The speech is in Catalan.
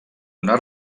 una